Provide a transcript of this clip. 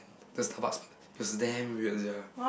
just Starbucks part it was damn weird !sia!